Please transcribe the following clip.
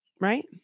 right